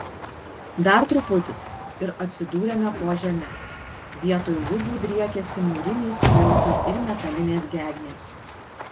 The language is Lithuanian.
dar truputis ir atsidūrėme po žeme vietoj lubų driekėsi mūriniai skliautai ir metalinės gegnės